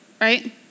right